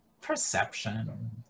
perception